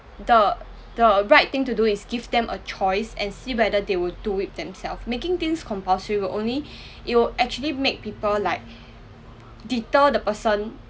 the the right thing to do is give them a choice and see whether they would to it themselves making things compulsory will only it'll actually make people like deter the person